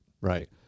right